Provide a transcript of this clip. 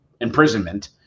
imprisonment